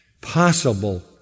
possible